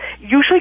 usually